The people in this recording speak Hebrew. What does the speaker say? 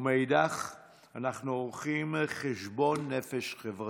ומאידך גיסא אנחנו עורכים חשבון נפש חברתי.